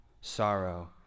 sorrow